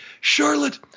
Charlotte